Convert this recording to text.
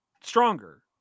stronger